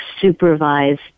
supervised